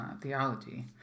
theology